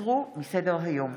הוסרו מסדר-היום.